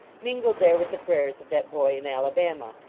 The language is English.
mingled there with the prayers of that boy in alabama.